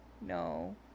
no